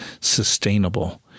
sustainable